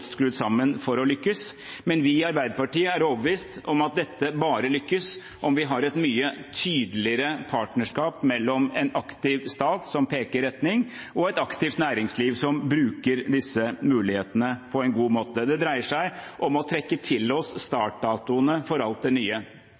sammen for å lykkes. Men vi i Arbeiderpartiet er overbevist om at dette bare lykkes om vi har et mye tydeligere partnerskap mellom en aktiv stat, som peker retning, og et aktivt næringsliv, som bruker disse mulighetene på en god måte. Det dreier seg om å trekke til oss startdatoene for alt det nye.